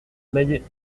mayet